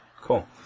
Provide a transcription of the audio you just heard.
Cool